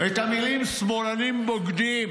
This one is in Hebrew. את המילים: שמאלנים בוגדים,